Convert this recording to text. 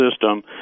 system